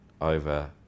over